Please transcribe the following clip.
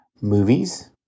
movies